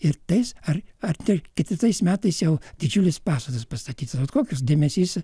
ir tais ar ar ketvirtais metais jau didžiulis pastatas pastatytas vat koks dėmesys